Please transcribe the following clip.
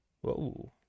Whoa